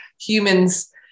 humans